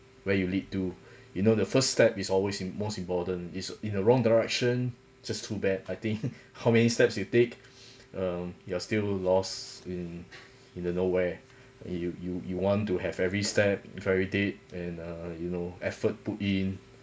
where you lead to you know the first step is always imp~ most important is in the wrong direction just to bad I think how many steps you take um you're still lost in in the nowhere you you you want to have every step validate and uh you know effort put in